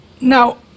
Now